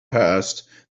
passed